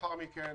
לאחר מכן